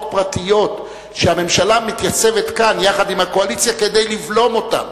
פרטיות שהממשלה מתייצבת כאן יחד עם הקואליציה כדי לבלום אותן,